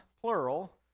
plural